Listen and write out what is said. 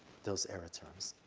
those error terms.